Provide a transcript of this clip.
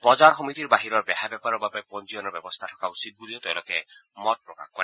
বজাৰ সমিতিৰ বাহিৰৰ বেহা বেপাৰৰ বাবে পঞ্জীয়নৰ ব্যৱস্থা থকা উচিত বুলি তেওঁলোকে মত প্ৰকাশ কৰে